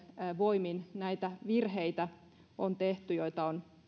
voimin on tehty näitä virheitä joita on